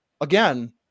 again